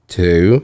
two